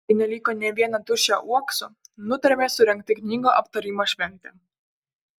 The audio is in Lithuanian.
kai neliko nė vieno tuščio uokso nutarėme surengti knygų aptarimo šventę